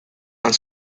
and